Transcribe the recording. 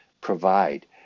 provide